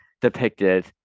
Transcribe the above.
depicted